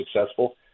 successful